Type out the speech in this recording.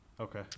Okay